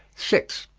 six.